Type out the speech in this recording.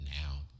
now